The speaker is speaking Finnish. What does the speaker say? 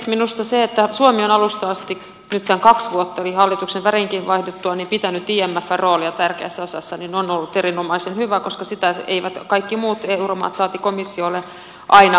minusta se että suomi on alusta asti nyt tämän kaksi vuotta eli hallituksen värinkin vaihduttua pitänyt imfn roolia tärkeässä osassa on ollut erinomaisen hyvä asia koska sitä eivät kaikki muut euromaat saati komissio ole aina halunneet